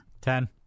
Ten